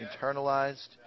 internalized